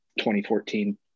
2014